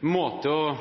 måte å